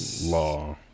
Law